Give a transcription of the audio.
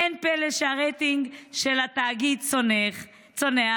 אין פלא שהרייטינג של התאגיד צונח.